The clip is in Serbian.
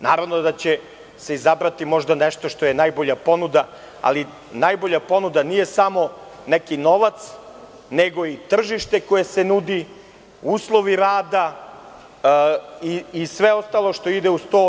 Naravno da će se izabrati možda nešto što je najbolja ponuda, ali najbolja ponuda nije samo neki novac, nego i tržište koje se nudi, uslovi rada i sve ostalo što ide uz to.